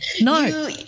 No